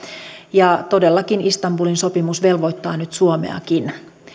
ja todellakin istanbulin sopimus velvoittaa nyt suomeakin